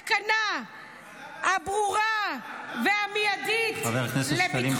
הסכנה הברורה והמיידית -- חבר הכנסת שקלים,